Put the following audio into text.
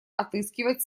отыскивать